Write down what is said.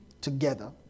together